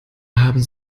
haben